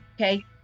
okay